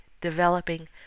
developing